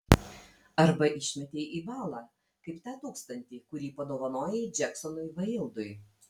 arba išmetei į balą kaip tą tūkstantį kurį padovanojai džeksonui vaildui